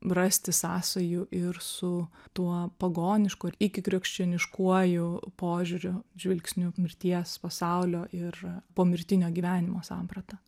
rasti sąsajų ir su tuo pagonišku ir ikikrikščioniškuoju požiūriu žvilgsniu mirties pasaulio ir pomirtinio gyvenimo samprata